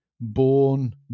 born